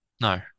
No